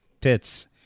tits